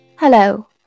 Hello